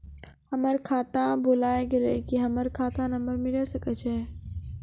हमर खाता भुला गेलै, की हमर खाता नंबर मिले सकय छै?